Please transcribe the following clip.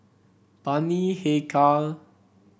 Bani Haykal